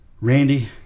Randy